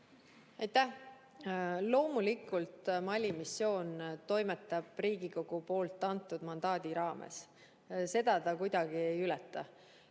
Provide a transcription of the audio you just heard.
Aitäh! Loomulikult Mali missioon toimetab Riigikogu antud mandaadi raames. Seda see kuidagi ei ületa,